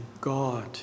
God